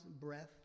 breath